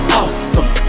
awesome